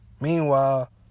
Meanwhile